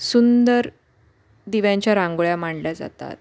सुंदर दिव्यांच्या रांगोळ्या मांडल्या जातात